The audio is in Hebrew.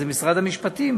זה משרד המשפטים,